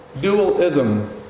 Dualism